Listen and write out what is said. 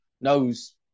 knows